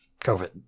COVID